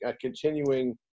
continuing